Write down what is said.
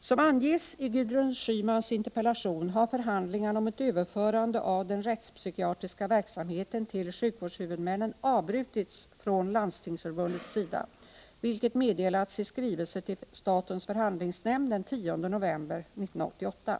Som anges i Gudrun Schymans interpellation har förhandlingarna om ett överförande av den rättspsykiatriska verksamheten till sjukvårdshuvudmännen avbrutits från Landstingsförbundets sida, vilket meddelats i skrivelse till statens förhandlingsnämnd den 10 november 1988.